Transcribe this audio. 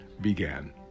began